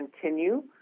continue